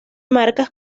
marcas